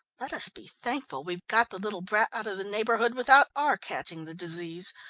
let us be thankful we've got the little brat out of the neighbourhood without our catching the disease.